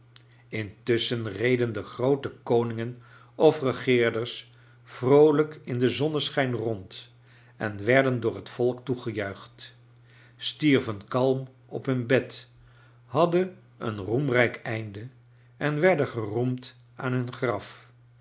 intusschen reden de groote koningen of regeerders vroolijk in den zonneschijn rond en werden door het volk toegejuicht stierven kalm op hun bed hadden een roemrijk einde en werden geroemd aan bun graf